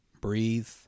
Breathe